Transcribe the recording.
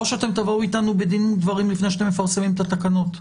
או שאתם תבואו איתנו בדין ודברים לפני שאתם מפרסמים את התקנות.